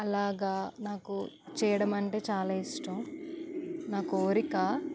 అలాగా నాకు చేయడం అంటే చాలా ఇష్టం నా కోరిక